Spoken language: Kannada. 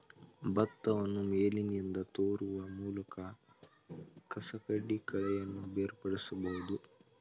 ಭತ್ತವನ್ನು ಮೇಲಿನಿಂದ ತೂರುವ ಮೂಲಕ ಕಸಕಡ್ಡಿ ಕಳೆಯನ್ನು ಬೇರ್ಪಡಿಸಬೋದು